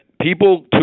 People